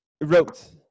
wrote